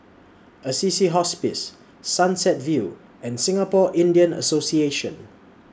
Assisi Hospice Sunset View and Singapore Indian Association